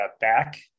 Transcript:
back